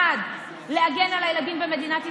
אחד: להגן על הילדים במדינת ישראל,